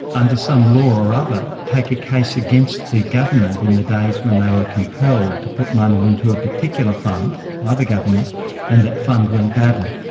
under some law or other, take a case against the government in the days when they were compelled to put money into a particular fund by the government and that fund went badly,